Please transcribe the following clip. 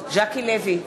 ז'קי לוי,